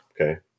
Okay